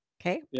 okay